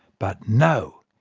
but no,